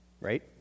Right